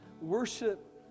worship